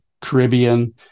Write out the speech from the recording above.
Caribbean